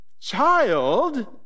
child